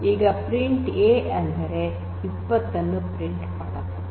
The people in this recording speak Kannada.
ಈಗ ಪ್ರಿಂಟ್ A ಅಂದರೆ 20 ಅನ್ನು ಪ್ರಿಂಟ್ ಮಾಡುತ್ತದೆ